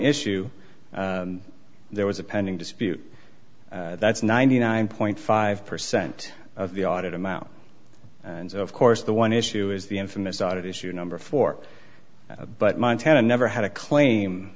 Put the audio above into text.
issue there was a pending dispute that's ninety nine point five percent of the audit amount and of course the one issue is the infamous audit issue number four but montana never had a claim